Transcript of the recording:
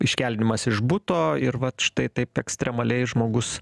iškeldinimas iš buto ir vat štai taip ekstremaliai žmogus